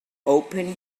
open